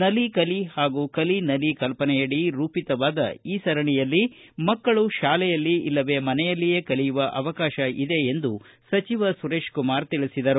ನಲಿ ಕಲಿ ಹಾಗೂ ಕಲಿ ನಲಿ ಕಲ್ಲನೆಯಡಿ ರೂಪಿತವಾದ ಈ ಸರಣೆಯಲ್ಲಿ ಮಕ್ಕಳು ಶಾಲೆಯಲ್ಲಿ ಇಲ್ಲವೇ ಮನೆಯಲ್ಲಿಯೇ ಕಲಿಯುವ ಅವಕಾಶ ಇದೆ ಎಂದು ಸಚಿವ ಸುರೇಶಕುಮಾರ್ ತಿಳಿಸಿದರು